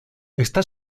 está